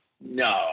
no